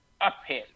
uphill